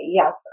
yes